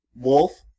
Wolf